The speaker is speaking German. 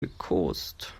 gekost